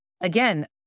again